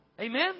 Amen